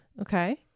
okay